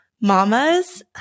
mamas